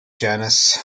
genus